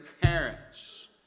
parents